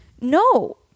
no